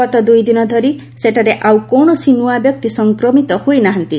ଗତ ଦ୍ରିଦିନ ଧରି ସେଠାରେ ଆଉ କୌଣସି ନୂଆ ବ୍ୟକ୍ତି ସଂକ୍ରମିତ ହୋଇନାହାନ୍ତି